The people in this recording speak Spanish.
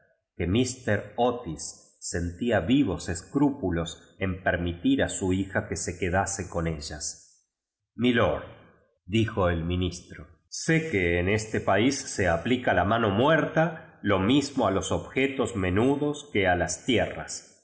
que mísler cuis sentía vivos escrúpulos en permitji a su hija que se quedase eori ellas mi lorddijo el ministro sé que en este país se aplica ja mano muerta lo mismo a los objetos mentidos que a las tierras